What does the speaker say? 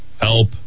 help